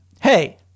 hey